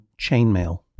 Chainmail